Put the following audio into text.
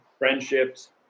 friendships